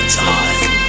time